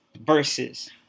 versus